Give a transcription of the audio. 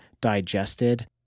digested